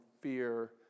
Fear